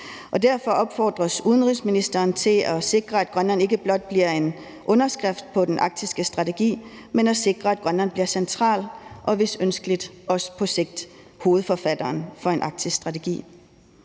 Derfor opfordres udenrigsministeren til at sikre, at Grønland ikke blot bliver en underskrift på den arktiske strategi, men at Grønland står helt centralt og, hvis ønskeligt, også på sigt bliver hovedforfatteren til en arktisk strategi.